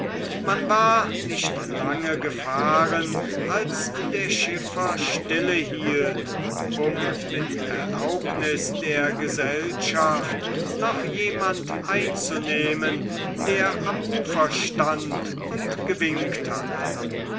man war nicht lange gefahren als der schiffer stille hielt um mit erlaubnis der gesellschaft noch jemand einzunehmen der am ufer stand und gewinkt hatte